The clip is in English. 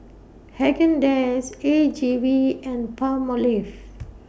Haagen Dazs A G V and Palmolive